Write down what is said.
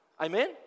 Amen